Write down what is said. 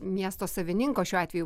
miesto savininko šiuo atveju